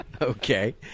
Okay